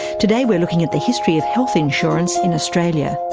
today we're looking at the history of health insurance in australia.